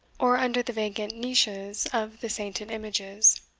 or under the vacant niches of the sainted images.